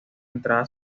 entrada